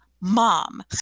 mom